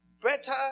Better